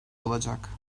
olacak